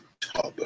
tub